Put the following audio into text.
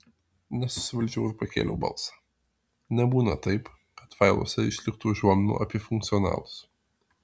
nesusivaldžiau ir pakėliau balsą nebūna taip kad failuose išliktų užuominų apie funkcionalus